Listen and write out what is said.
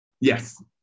yes